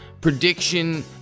prediction